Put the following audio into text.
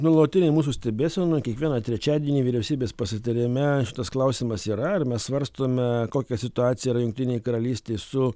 nuolatinėj mūsų stebėsenoj kiekvieną trečiadienį vyriausybės pasitarime šitas klausimas yra ir mes svarstome kokia situacija yra jungtinėj karalystėj su